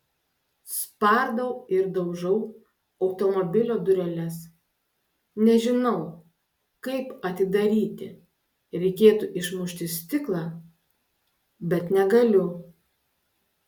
spardau ir daužau automobilio dureles nežinau kaip atidaryti reikėtų išmušti stiklą bet negaliu